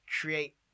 create